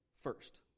first